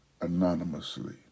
anonymously